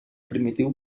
primitiu